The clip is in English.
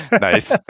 Nice